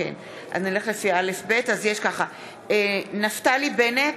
(קוראת בשמות חברי הכנסת) נפתלי בנט,